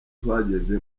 twageze